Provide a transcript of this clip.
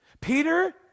Peter